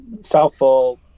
Southall